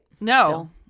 No